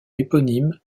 éponyme